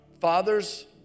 father's